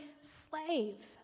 slave